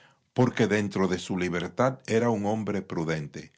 existenciaporque dentro de su liberalidad era un hombre prudente